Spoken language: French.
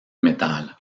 métal